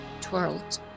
twirled